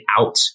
out